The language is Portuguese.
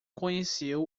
conheceu